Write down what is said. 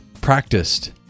practiced